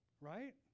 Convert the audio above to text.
right